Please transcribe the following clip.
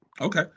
Okay